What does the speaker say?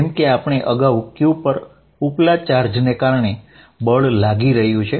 જેમ કે આપણે અગાઉ q પર ઉપલા ચાર્જને કારણે બળ લાગી રહ્યું છે